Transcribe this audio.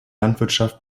landwirtschaft